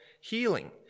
healing